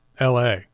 LA